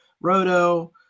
Roto